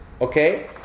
Okay